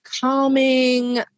calming